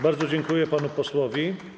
Bardzo dziękuję panu posłowi.